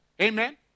Amen